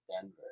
Denver